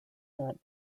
that